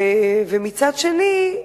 ומצד שני,